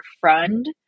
Friend